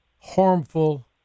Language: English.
harmful